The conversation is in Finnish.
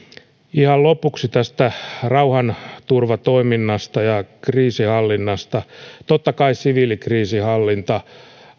ihan lopuksi tästä rauhanturvatoiminnasta ja kriisinhallinnasta totta kai siviilikriisinhallinta